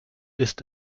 ist